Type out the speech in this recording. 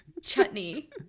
Chutney